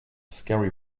scary